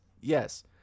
Yes